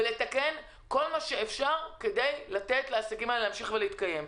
ולתקן כל מה שאפשר כדי לתת לעסקים האלה להמשיך ולהתקיים.